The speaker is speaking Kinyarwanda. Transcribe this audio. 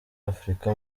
afurika